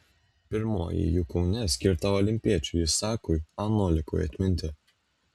pirmoji jų kaune skirta olimpiečiui isakui anolikui atminti